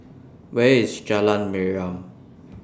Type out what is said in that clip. Where IS Jalan Mariam